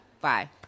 bye